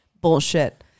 bullshit